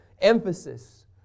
emphasis